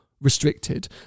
restricted